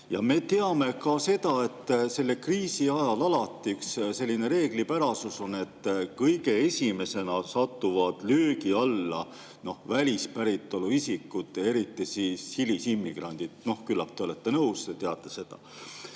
Ja me teame ka seda, et selle kriisi ajal on alati üks selline reeglipärasus, et kõige esimesena satuvad löögi alla välispäritolu isikud, eriti hilisimmigrandid – küllap te olete [sellega]